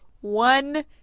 One